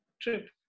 trip